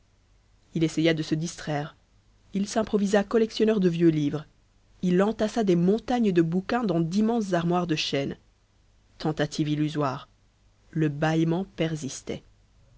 il essaya de se distraire il s'improvisa collectionneur de vieux livres il entassa des montagnes de bouquins dans d'immenses armoires de chêne tentatives illusoires le bâillement persistait